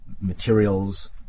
materials